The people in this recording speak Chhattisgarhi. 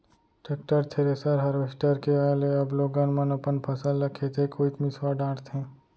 टेक्टर, थेरेसर, हारवेस्टर के आए ले अब लोगन मन अपन फसल ल खेते कोइत मिंसवा डारथें